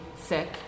sick